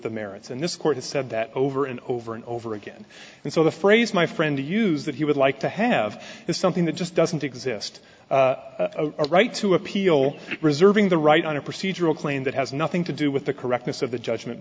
the merits and this court has said that over and over and over again and so the phrase my friend to use that he would like to have is something that just doesn't exist a right to appeal reserving the right on a procedural claim that has nothing to do with the correctness of the judgment